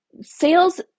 Sales